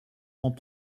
rangs